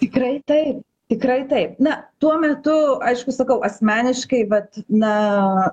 tikrai taip tikrai taip na tuo metu aišku sakau asmeniškai vat na